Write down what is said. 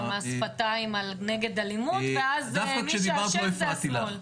מס שפתיים נגד אלימות ואז מי שאשם זה השמאל.